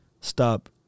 Stop